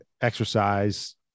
exercise